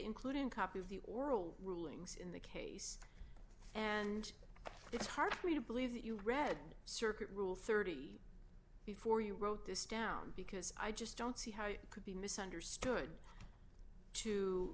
including copy of the oral rulings in the case and it's hard for me to believe that you read circuit rule thirty before you wrote this down because i just don't see how it could be misunderstood to